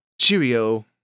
cheerio